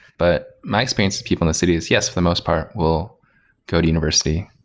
but my experience with people in the cities, yes, for the most part, will go to university.